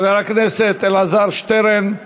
שטרן, חבר הכנסת אלעזר שטרן,